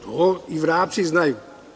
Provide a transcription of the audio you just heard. To i vrapci znaju.